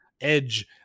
Edge